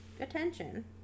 attention